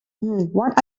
what